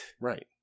Right